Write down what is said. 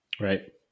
Right